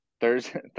thursday